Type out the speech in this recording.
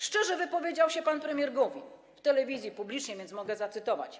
Szczerze wypowiedział się pan premier Gowin w telewizji, publicznie, więc mogę zacytować.